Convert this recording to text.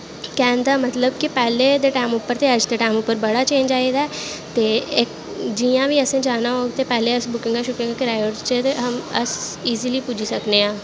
कैह्न दा मतलव कि पैह्लें दे टैम उप्पर ते अज्ज ते टैम उप्पर बड़ा चेंज़ आई दा ऐ ते जियां बी असैं जाना होग ते पैह्लैं गे अस बुकिंगां शुकिंगां कराई ओड़चै ते ्स इज़ली पुज्जी सकनें आं